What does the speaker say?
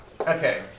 Okay